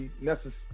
necessary